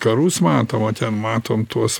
karus matom o ten matom tuos